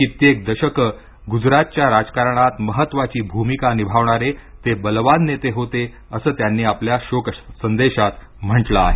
कित्येक दशके गुजरातच्या राजकारणात महत्त्वाची भूमिका निभावणारे ते बलवान नेते होते असं त्यांनी आपल्या शोक संदेशात म्हटलं आहे